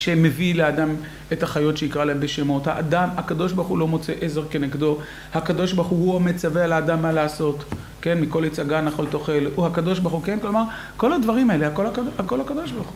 שמביא לאדם את החיות שיקרא להם בשמות, האדם, הקב״ה לא מוצא עזר כנגדו, הקב״ה הוא המצווה על האדם מה לעשות, כן? מכל עץ הגן תאכול תאכל, הוא הקב״ה, כן כלומר, כל הדברים האלה, הכל הקב״ה